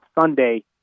Sunday